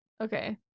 Okay